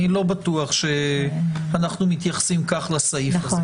אני לא בטוח שאנחנו מתייחסים כך לסעיף הזה.